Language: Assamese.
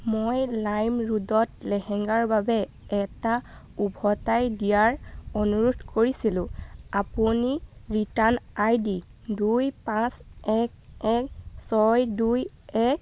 মই লাইমৰোডত লেহেঙ্গাৰ বাবে এটা উভতাই দিয়াৰ অনুৰোধ কৰিছিলোঁ আপুনি ৰিটাৰ্ণ আই ডি দুই পাঁচ এক এক ছয় দুই এক